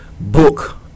book